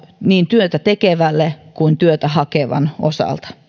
niin työtä tekevälle kuin myös työtä hakevan osalta